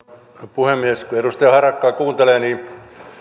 puhemies kun edustaja harakkaa kuuntelee niin